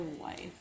life